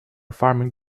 farming